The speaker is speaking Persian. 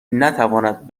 نتواند